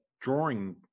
drawing